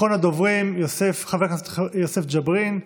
אחרון הדוברים, חבר הכנסת יוסף ג'בארין,